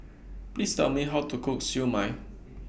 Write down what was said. Please Tell Me How to Cook Siew Mai